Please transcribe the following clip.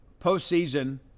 postseason –